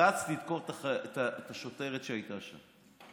רץ לדקור את השוטרת שהייתה שם.